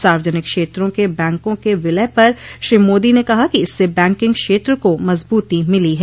सार्वजनिक क्षेत्रों के बैंकों के विलय पर श्री मोदी ने कहा कि इससे बैंकिंग क्षेत्र को मजबूती मिली है